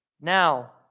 Now